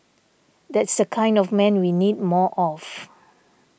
that's the kind of man we need more of